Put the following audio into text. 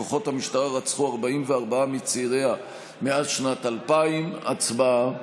כוחות המשטרה רצחו 44 מצעיריה מאז שנת 2000. הצבעה.